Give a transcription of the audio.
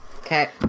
Okay